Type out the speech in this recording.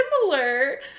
similar